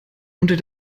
unter